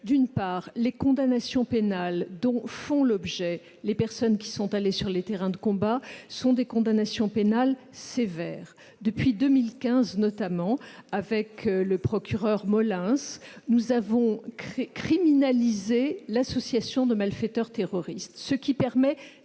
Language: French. Premièrement, les condamnations pénales dont font l'objet les personnes qui sont allées sur les terrains de combat sont des condamnations sévères. Depuis 2015, notamment avec l'ancien procureur François Molins, nous avons criminalisé l'association de malfaiteurs terroriste, afin